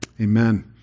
amen